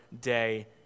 day